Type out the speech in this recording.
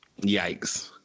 Yikes